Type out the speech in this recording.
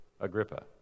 Agrippa